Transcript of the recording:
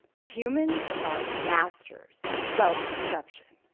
humans are masters of self-deception.